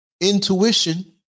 intuition